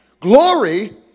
Glory